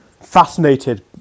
fascinated